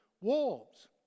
wolves